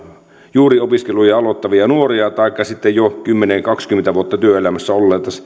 juuri opiskeluja aloittavia nuoria taikka sitten jo kymmenen viiva kaksikymmentä vuotta työelämässä olleita